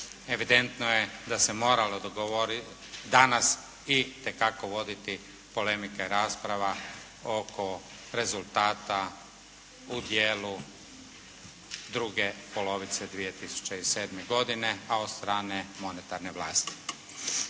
evidentno je da se moralo dogovoriti danas itekako voditi polemika i rasprava oko rezultata u dijelu druge polovice 2007. godine a od strane monetarne vlasti.